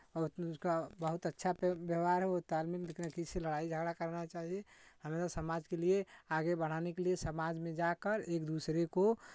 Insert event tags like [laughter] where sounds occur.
उसका बहुत अच्छा व्यवहार है वो तालमेल [unintelligible] किसी से लड़ाई झगड़ा करना चाहिए हमे तो समाज के लिये आगे बढ़ाने के लिये समाज में जा कर एक दूसरे को